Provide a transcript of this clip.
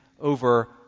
over